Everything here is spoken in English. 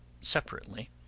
separately